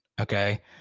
Okay